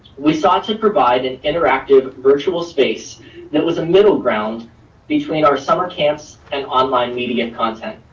we sought to provide an interactive virtual space that was a middle ground between our summer camps and online media content.